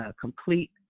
complete